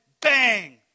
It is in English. bang